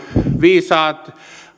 viisaat